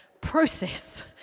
process